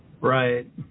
right